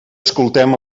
escoltem